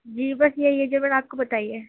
جی بس یہی ہے جو میں نے آپ کو بتائی ہے